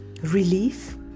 relief